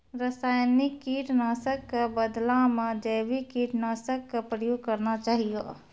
रासायनिक कीट नाशक कॅ बदला मॅ जैविक कीटनाशक कॅ प्रयोग करना चाहियो